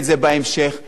שנת התקציב הזאת,